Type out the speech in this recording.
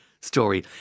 story